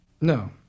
No